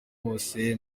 bose